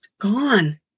gone